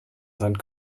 seinen